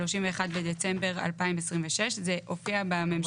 31 בדצמבר 2026". זה הופיע בממשלתית.